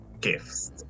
gifts